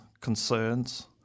concerns